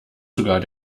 sogar